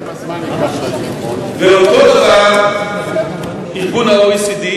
ואותו דבר ה-OECD.